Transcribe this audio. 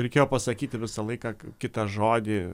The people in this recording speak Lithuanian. reikėjo pasakyti visą laiką kitą žodį